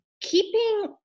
keeping